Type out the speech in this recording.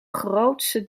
grootse